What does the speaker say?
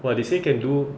but they say can do